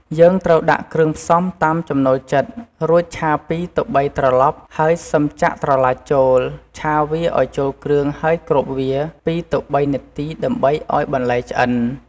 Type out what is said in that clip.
យើងត្រូវដាក់គ្រឿងផ្សំតាមចំនូលចិត្ត រួចឆា ២ ទៅ ៣ ត្រលប់ហើយសឹមចាក់ត្រឡាចចូល ឆាវាឱ្យចូលគ្រឿងហើយគ្របវា ២ទៅ៣ នាទីដើម្បីឱ្យបន្លែឆ្អិន។